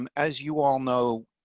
um as you all know,